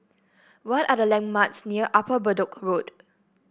what are the landmarks near Upper Bedok Road